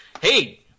hey